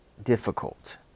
difficult